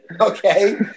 Okay